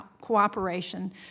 cooperation